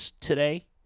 today